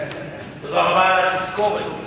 תודה על התזכורת.